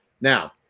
Now